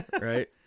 right